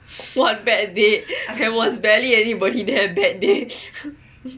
what bad day there was barely anybody there bad day